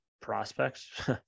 prospects